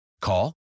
call